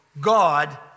God